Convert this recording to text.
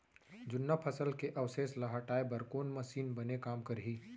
जुन्ना फसल के अवशेष ला हटाए बर कोन मशीन बने काम करही?